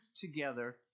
together